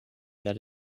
that